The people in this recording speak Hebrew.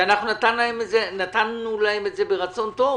אנחנו נתנו להם את זה ברצון טוב.